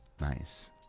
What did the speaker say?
nice